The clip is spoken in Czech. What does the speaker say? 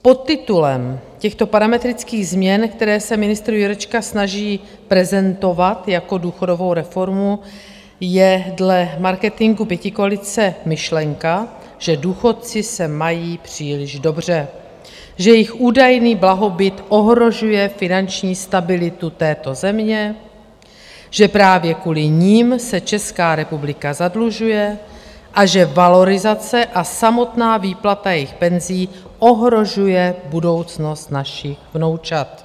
Podtitulem těchto parametrických změn, které se ministr Jurečka snaží prezentovat jako důchodovou reformu, je dle marketingu pětikoalice myšlenka, že důchodci se mají příliš dobře, že jejich údajný blahobyt ohrožuje finanční stabilitu této země, že právě kvůli nim se Česká republika zadlužuje a že valorizace a samotná výplata jejich penzí ohrožuje budoucnost našich vnoučat.